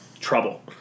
trouble